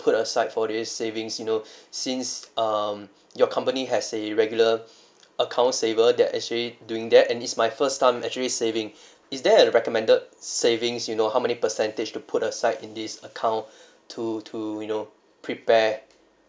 put aside for this savings you know since um your company has a regular account saver that actually doing that and it's my first time actually saving is there a recommended savings you know how many percentage to put aside in this account to to you know prepare